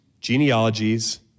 genealogies